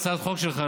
הצעת החוק שלך,